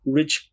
rich